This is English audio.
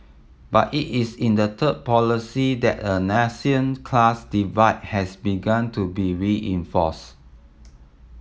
but it is in the third policy that a nascent class divide has begun to be reinforced